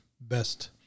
best